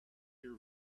your